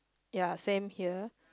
ya same here